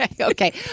okay